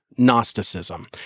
Gnosticism